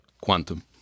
Quantum